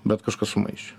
bet kažkas sumaišė